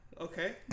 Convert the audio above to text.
okay